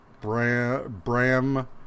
Bram